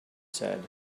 said